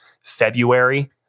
February